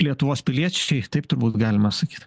lietuvos piliečiai taip turbūt galima sakyt